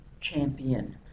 champion